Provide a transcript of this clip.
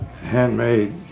handmade